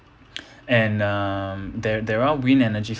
and um there there are wind energy